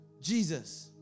Jesus